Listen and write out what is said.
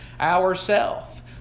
ourself